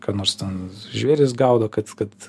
ką nors ten žvėris gaudo kad kad